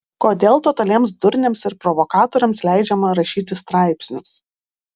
kodėl totaliems durniams ir provokatoriams leidžiama rašyti straipsnius